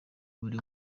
buri